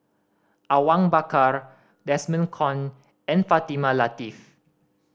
Awang Bakar Desmond Kon and Fatimah Lateef